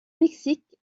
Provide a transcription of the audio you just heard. mexique